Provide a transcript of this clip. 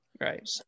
right